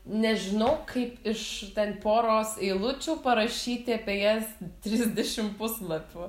nežinau kaip iš ten poros eilučių parašyti apie jas trisdešim puslapių